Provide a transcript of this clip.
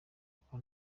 uko